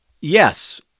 yes